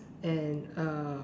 and uh